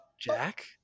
Jack